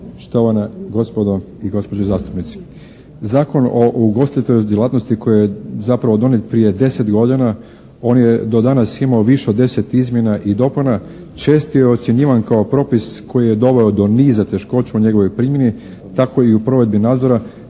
štovane gospodo i gospođe zastupnici. Zakon o ugostiteljskoj djelatnosti koji je zapravo donijeti prije 10 godina on je do danas imao više od 10 izmjena i dopuna, često je ocjenjivan kao propis koji je doveo do niza teškoća u njegovoj primjeni, tako i u provedbi nadzora,